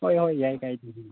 ꯍꯣꯏ ꯍꯣꯏ ꯌꯥꯏ ꯀꯥꯏꯗꯦ